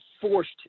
forced